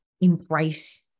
embrace